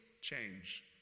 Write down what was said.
change